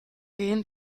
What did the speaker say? gehen